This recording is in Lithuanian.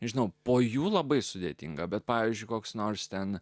žinau po jų labai sudėtinga bet pavyzdžiui koks nors ten